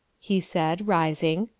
he said, rising.